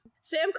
Sam